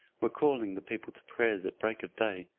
were calling the people to prayers at break of day.